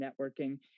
networking